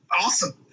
Awesome